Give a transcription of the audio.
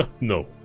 no